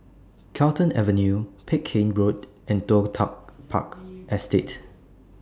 Carlton Avenue Peck Hay Road and Toh Tuck Park Estate